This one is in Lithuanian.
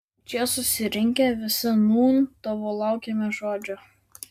čia susirinkę visi nūn tavo laukiame žodžio